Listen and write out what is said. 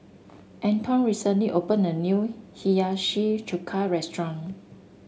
Anton recently opened a new Hiyashi Chuka restaurant